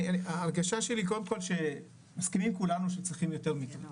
ההרגשה שלי קודם כל שמסכימים כולנו שצריכים יותר מיטות,